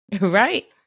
right